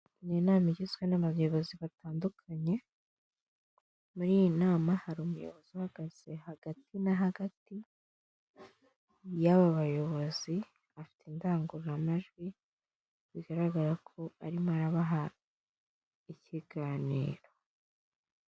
Ni inama igizwe n'abayobozi batandukanye, muri iyi nama hari umuyobozi uhagaze hagati na hagati y'aba bayobozi, afite indangururamajwi, bigaragara ko arimo arabaha ikiganiro.